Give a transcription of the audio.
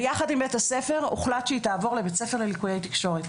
ביחד עם בית הספר הוחלט שהיא תעבור לבית ספר ללקויי תקשורת.